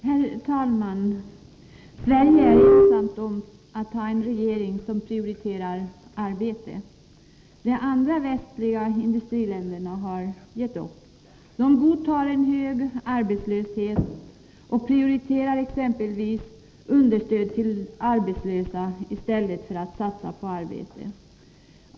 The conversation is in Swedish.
Herr talman! Sverige är ensamt om att ha en regering som prioriterar arbete. De andra västliga industriländerna har gett upp. De godtar en hög arbetslöshet och prioriterar exempelvis understöd till arbetslösa i stället för att satsa på arbete.